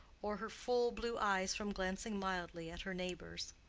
or her full blue eyes from glancing mildly at her neighbors.